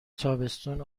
تابستون